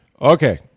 Okay